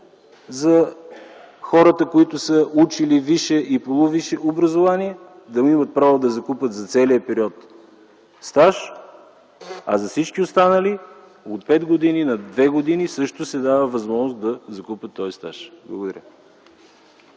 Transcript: за хората, които са учили висше и полувисше образование, дали имат право да закупят за целия период стаж, а за всички останали от 5 години на 2 години също се дава възможност да закупят този стаж. Благодаря